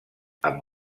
amb